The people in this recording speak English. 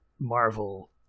Marvel